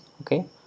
Okay